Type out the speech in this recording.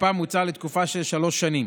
שתוקפה מוצע לתקופה של שלוש שנים.